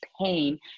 pain